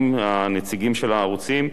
אצל האורחים, הנציגים של הערוצים,